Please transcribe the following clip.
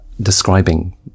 describing